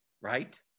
right